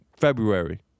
February